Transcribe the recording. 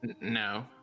No